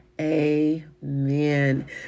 amen